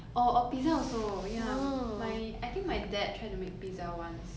or or pizza also ya my I think my dad try to make pizza once